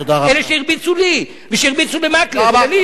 אלה שהרביצו לי ושהרביצו למקלב ולליצמן,